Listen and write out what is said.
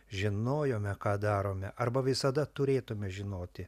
žinojome ką darome arba visada turėtume žinoti